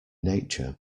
nature